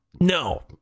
no